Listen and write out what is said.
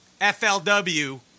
FLW